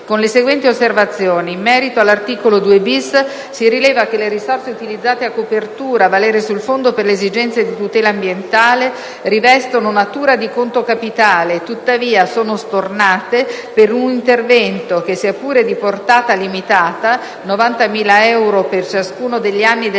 con le seguenti osservazioni: - in merito all'articolo 2-*bis*, si rileva che le risorse utilizzate a copertura, a valere sul Fondo per esigenze di tutela ambientale, rivestono natura di conto capitale e, tuttavia, sono stornate per un intervento che, sia pure di portata limitata (90.000 euro per ciascuno degli anni del